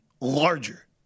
larger